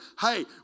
hey